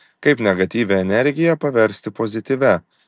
kaip negatyvią energiją paversti pozityvia